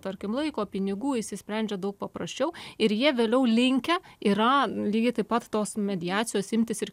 tarkim laiko pinigų išsisprendžia daug paprasčiau ir jie vėliau linkę yra lygiai taip pat tos mediacijos imtis ir